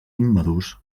immadurs